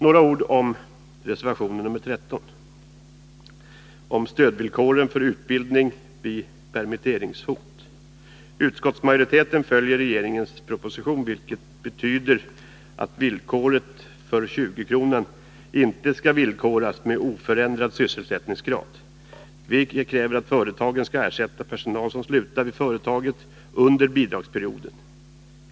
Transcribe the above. Några ord om reservation 13, som gäller stödvillkoren för utbildning vid permitteringshot. Utskottet följer regeringens proposition vilket betyder att 20-kronan inte skall villkoras med oförändrad sysselsättningsgrad. Vi kräver att företagen skall ersätta personal som slutar vid företaget under bidragsperioden.